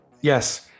Yes